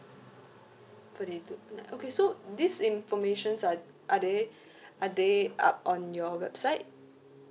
forty two ah okay so this informations are are they are they up on your website